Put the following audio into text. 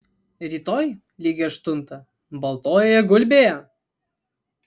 rytoj lygiai aštuntą baltojoje gulbėje